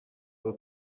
will